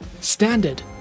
standard